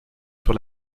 sur